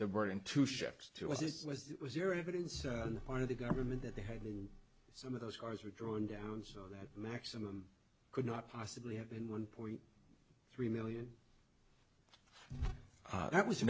to was it was it was your it is part of the government that they had some of those cars were drawn down so that the maximum could not possibly have been one point three million that was